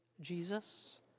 Jesus